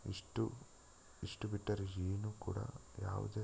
ಇಷ್ಟು ಇಷ್ಟು ಬಿಟ್ಟರೆ ಏನು ಕೂಡ ಯಾವುದೇ